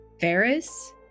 Ferris